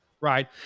right